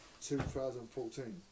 2014